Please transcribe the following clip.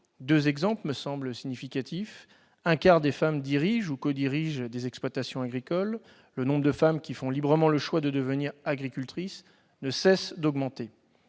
Deux exemples me semblent significatifs : un quart des dirigeants ou codirigeants d'exploitation agricole sont des femmes ; le nombre de femmes qui font librement le choix de devenir agricultrice ne cesse d'augmenter.